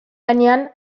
gainean